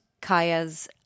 Kaya's